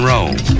Rome